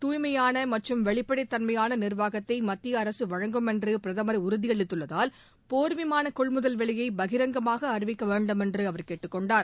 தாய்மையானமற்றும் வெளிப்படைத் தன்மையானநிர்வாகத்தைமத்தியஅரசுவழங்கும் என்றுபிரதமர் உறுதியளித்துள்ளதால் போர் விமானகொள்முதல் விலையைபகிரங்கமாகஅறிவிக்கவேண்டுமென்றுஅவர் கேட்டுக் கொண்டார்